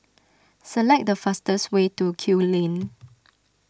select the fastest way to Kew Lane